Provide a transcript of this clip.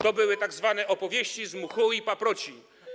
To były tzw. opowieści z mchu i paproci.